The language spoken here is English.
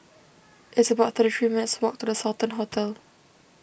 it's about thirty three minutes' walk to the Sultan Hotel